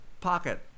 pocket